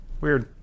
weird